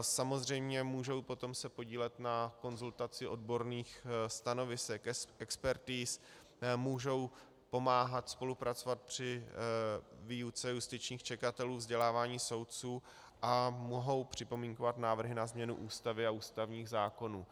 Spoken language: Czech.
Samozřejmě mohou potom se podílet na konzultaci odborných stanovisek, expertiz, mohou pomáhat spolupracovat při výuce justičních čekatelů, vzdělávání soudců a mohou připomínkovat návrhy na změnu Ústavy a ústavních zákonů.